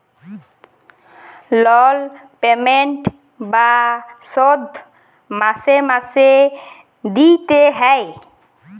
লল পেমেল্ট বা শধ মাসে মাসে দিইতে হ্যয়